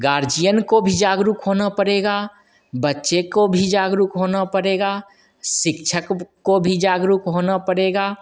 guardian को भी जागरूक होना पड़ेगा बच्चे को भी जागरूक होना पड़ेगा शिक्षक को भी जागरूक होना पड़ेगा